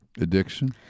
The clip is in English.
addiction